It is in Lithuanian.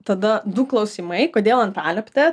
tada du klausimai kodėl antalieptė